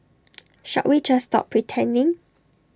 shall we just stop pretending